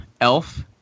Elf